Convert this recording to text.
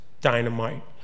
dynamite